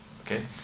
Okay